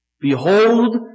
Behold